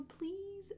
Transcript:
please